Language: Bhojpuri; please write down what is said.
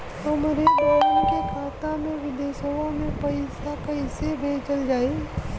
हमरे बहन के खाता मे विदेशवा मे पैसा कई से भेजल जाई?